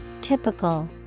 typical